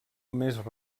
més